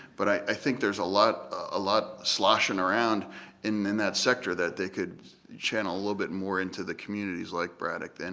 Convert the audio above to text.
but i think there's a lot a lot sloshing around in that sector that they could channel a little bit more into the communities like braddock. and